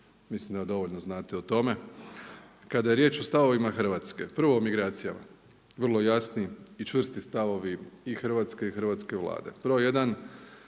Mislim da dovoljno znate o tome. Kada je riječ o stavovima Hrvatske, prvo o migracijama. Vrlo jasni i čvrsti stavovi i Hrvatske i Hrvatske vlade. Broj jedan